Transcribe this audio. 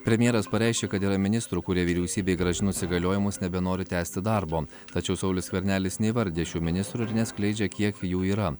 premjeras pareiškė kad yra ministrų kurie vyriausybei grąžinus įgaliojimus nebenori tęsti darbo tačiau saulius skvernelis neįvardija šių ministrų ir neatskleidžia kiek jų yra